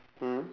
mm